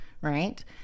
Right